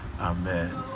Amen